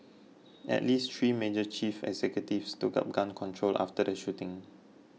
at least three major chief executives took up gun control after the shooting